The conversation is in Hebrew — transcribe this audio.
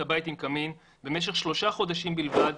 הבית עם קמין במשך שלושה חודשים בלבד,